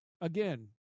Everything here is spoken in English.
Again